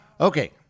Okay